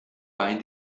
bei